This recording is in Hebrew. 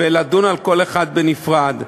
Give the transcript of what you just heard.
ולדון על כל אחת בנפרד.